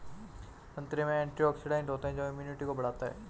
संतरे में एंटीऑक्सीडेंट होता है जो इम्यूनिटी को बढ़ाता है